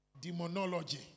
demonology